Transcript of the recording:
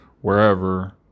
wherever